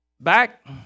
back